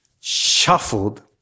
shuffled